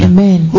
Amen